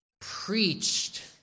preached